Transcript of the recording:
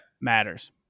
Matters